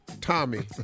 Tommy